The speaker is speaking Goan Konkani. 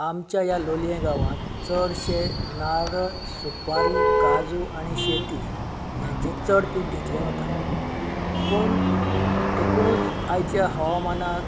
आमच्या ह्या लोलयें गांवांत चडशे नारळ सुपारी काजू आनी शेती याचे चड पीक घेतले वता पूण एकुणूच आयच्या हवामानांत